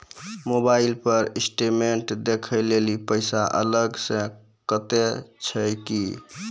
Mobile पर statement देखे लेली पैसा अलग से कतो छै की?